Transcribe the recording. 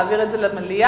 להעביר את זה למליאה,